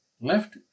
left